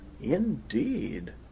indeed